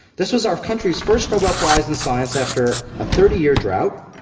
this was our country's first nobel prize in science after a thirty year drought,